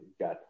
got